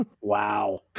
wow